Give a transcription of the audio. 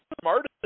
smartest